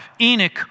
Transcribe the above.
Enoch